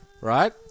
Right